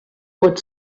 pot